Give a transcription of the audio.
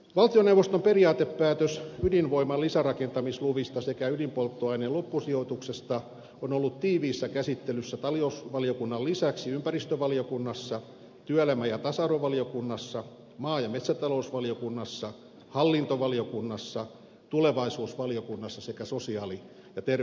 valtioneuvoston periaatepäätös ydinvoiman lisärakentamisluvista sekä ydinpolttoaineen loppusijoituksesta on ollut tiiviissä käsittelyssä talousvaliokunnan lisäksi ympäristövaliokunnassa työelämä ja tasa arvovaliokunnassa maa ja metsätalousvaliokunnassa hallintovaliokunnassa tulevaisuusvaliokunnassa sekä sosiaali ja terveysvaliokunnassa